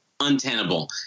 Untenable